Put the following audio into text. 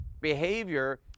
behavior